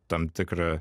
tam tikrą